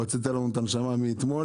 הוצאת לנו את הנשמה מאתמול.